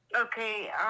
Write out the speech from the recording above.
Okay